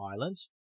islands